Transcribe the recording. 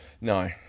No